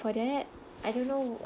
for that I don't know